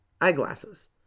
eyeglasses